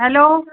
hello